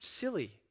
silly